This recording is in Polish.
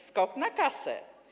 Skok na kasę.